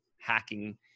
hacking